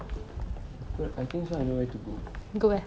aku I think so I know where to go